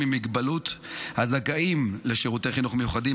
עם מוגבלות הזכאים לשירותי חינוך מיוחדים,